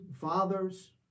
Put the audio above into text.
fathers